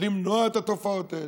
למנוע את התופעות האלה.